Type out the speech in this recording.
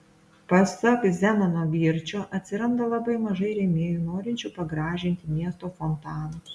pasak zenono girčio atsiranda labai mažai rėmėjų norinčių pagražinti miesto fontanus